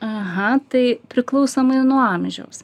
aha tai priklausomai nuo amžiaus